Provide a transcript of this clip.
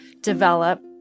develop